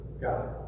God